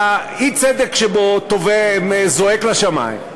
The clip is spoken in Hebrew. שהאי-צדק שבו זועק לשמים,